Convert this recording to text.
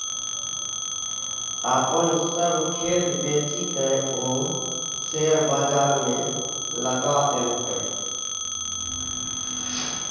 अपन सभ खेत बेचिकए ओ शेयर बजारमे लगा देलकै